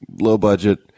low-budget